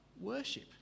worship